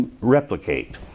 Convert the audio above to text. replicate